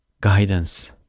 guidance